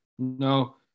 No